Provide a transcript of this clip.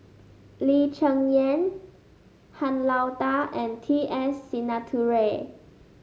Lee Cheng Yan Han Lao Da and T S Sinnathuray